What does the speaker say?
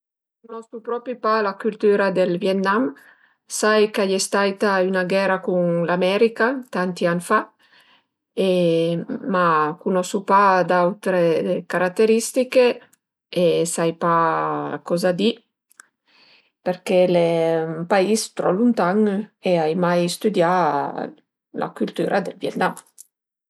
Cunosu propi la cültüra dël Vietnam, sai ch'a ie staita üna ghera cun l'America tanti an fa e ma cunosu pa d'autre carateristiche e sai pa coza di perché al e ün pais trop luntan e ai mai stüdià la cültüra dël Vietnam